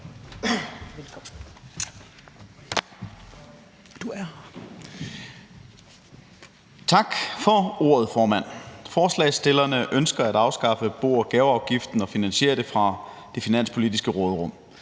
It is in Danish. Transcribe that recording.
Tak for ordet, formand. Forslagsstillerne ønsker at afskaffe bo- og gaveafgiften og finansiere det med penge fra det finanspolitiske råderum.